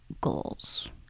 goals